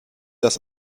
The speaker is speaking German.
das